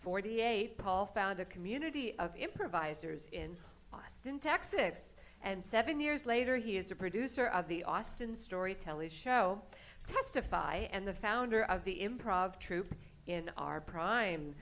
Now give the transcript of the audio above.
forty eight paul found a community of improvisers in austin texas and seven years later he is the producer of the austin storytellers show testify and the founder of the improv troupe in our prime